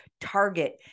target